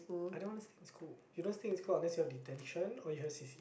I don't wanna stay in school you don't stay in school unless you have detention or you have C_C_A